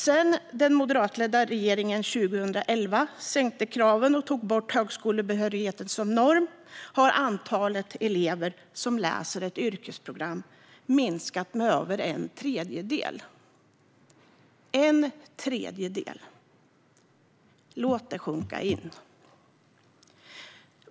Sedan den moderatledda regeringen 2011 sänkte kraven och tog bort högskolebehörigheten som norm har antalet elever som läser ett yrkesprogram minskat med över en tredjedel. Låt detta sjunka in.